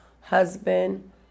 husband